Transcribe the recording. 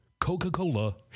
Coca-Cola